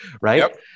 right